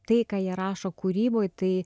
tai ką jie rašo kūryboj tai